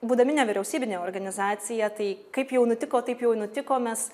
būdami nevyriausybinė organizacija tai kaip jau nutiko taip jau nutiko mes